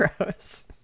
gross